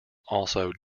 also